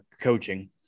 coaching